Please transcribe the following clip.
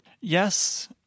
Yes